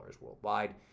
worldwide